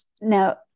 now